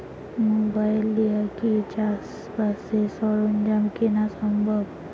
Mobile দিয়া কি চাষবাসের সরঞ্জাম কিনা সম্ভব?